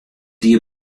die